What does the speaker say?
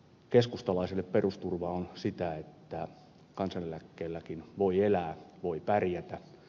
keskustalaiselle perusturva on sitä että kansaneläkkeelläkin voi elää voi pärjätä